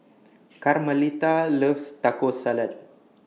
Carmelita loves Taco Salad